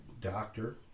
doctor